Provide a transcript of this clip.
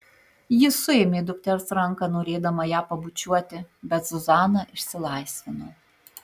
ji suėmė dukters ranką norėdama ją pabučiuoti bet zuzana išsilaisvino